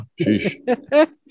Sheesh